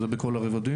וזה בכל הרבדים,